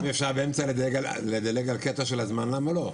אם אפשר באמצע לדלג על קטע של הזמן, למה לא?